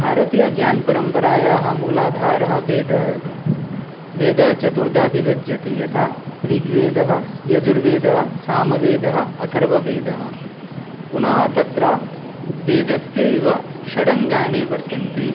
भारतीय ज्ञानपरम्परायाः मूलाधारः वेदः एव वेदः चतुर्धा विभज्यते यथा ऋग्वेदः यजुर्वेदः सामवेदः अथर्ववेदः पुनः तत्र वेदस्य एव षडङ्गानि वर्तन्ते